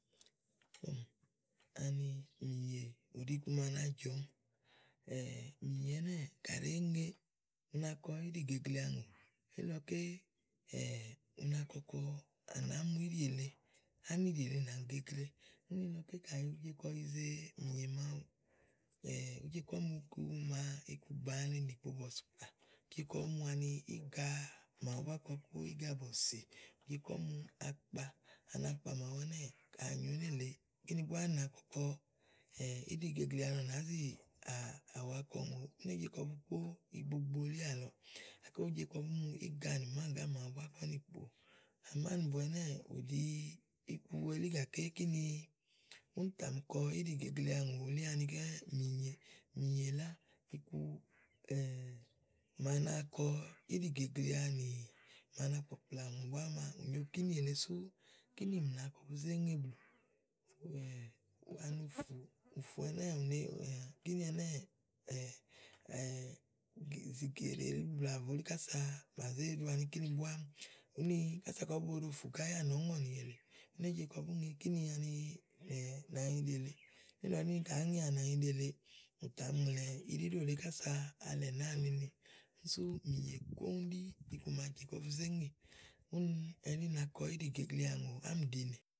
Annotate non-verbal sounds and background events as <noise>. <hesitation> Ani mìnyè ù ɖi iku ma na jɔɔmi <hesitation> mìnyè ɛnɛ́ɛ̀ kàɖi èé ŋe u nakɔ íɖìgeglea ùŋò. Elílɔké <hesitation> u na kɔkɔ à nàá mu íɖì èle ánìɖì èle na gegle. úni gàké kayi ùú je kɔ yi ze mìnyè màawu <hesitation> ùú je kɔ̀ mu iku màa iku gbàa le nì kpo bɔ̀sìkplà. ùú je kɔ̀ mu ani íga màawu búá kɔ kpó ígabɔ̀sì, ùú je kɔ̀ mu akpa ani akpa màawu ɛnɛ́ɛ̀. kà nyó nélèe, kíni búá nàa kɔkɔ <hesitation> íɖìgeglea lɔ nàá zi àwa kɔùŋò ú né je kɔ bu kpó ìgbogbo elí àlɔɔ̀. Gàké ùú je nì kɔ bù mu íga nì máàgà màawu búá kɔ bú nì kpo. Amánìbo ɛnɛ́ɛ̀ ù ɖi iku elí gàké kíni úni tà mi kɔ, íɖìgeglea ùŋò elí anikɛ́ mìnyè. Mìnyè lá iku <hesitation> màa na kɔ íɖìgeglea nì màa na kpàkplà ùŋò bùà ba mù nélèe kínì èle sú kínì mlàa kɔ bu zé ŋè blù <hesitation> úwanì ɖí ùfù, ùfùɛnɛ́ɛ̀ ù ne, kínì ɛnɛ́ɛ̀ <hesitation> zìgèɖè, vlàvlò kása bà zé yize kíni búá úni ása kɔ bú boɖo ùfù ɛnɛ́ yá nɔ̀ɔ́ŋɔ nìi ɖìi nè ú né je kɔ bu zé ŋe kíni nànyiɖe lèeè. níìlɔ ɖì nì kaɖi èé ŋeà nànyiɖe lèe, ù tà mi ŋlɛ̀ ilíɖo lèe àsa alɛ nàáa neneè. sú mìnyè kóŋú ɛɖí jè kɔ bu zé ŋé úni ɛɖí na kɔ íɖìgeglea ùŋò ámìɖinè.